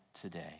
today